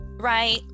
right